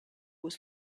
was